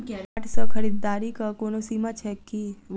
Card सँ खरीददारीक कोनो सीमा छैक की?